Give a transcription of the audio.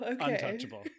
Untouchable